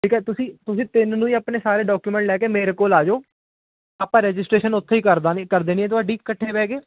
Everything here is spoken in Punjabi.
ਠੀਕ ਹੈ ਤੁਸੀਂ ਤੁਸੀਂ ਤਿੰਨ ਨੂੰ ਹੀ ਆਪਣੇ ਸਾਰੇ ਡਾਕੂਮੈਂਟ ਲੈ ਕੇ ਮੇਰੇ ਕੋਲ ਆ ਜਾਓ ਆਪਾਂ ਰਜਿਸਟਰੇਸ਼ਨ ਉਥੇ ਹੀ ਕਰ ਦੇਵਾਂਗੇ ਕਰ ਦੇਣੀ ਤੁਹਾਡੀ ਇਕੱਠੇ ਬਹਿ ਕੇ